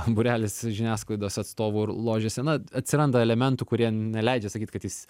būrelis žiniasklaidos atstovų ir ložėse na atsiranda elementų kurie neleidžia sakyt kad jis